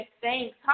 thanks